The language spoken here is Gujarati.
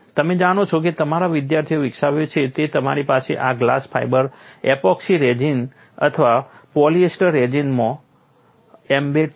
તમે જાણો છો કે મારા વિદ્યાર્થીઓએ વિકસાવ્યો છે તે તમારી પાસે આ ગ્લાસ ફાઇબર એપોક્સી રેઝિન અથવા પોલિએસ્ટર રેઝિનમાં એમ્બેડ છે